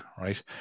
right